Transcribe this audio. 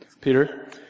Peter